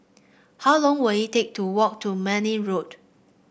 how long will it take to walk to Mayne Road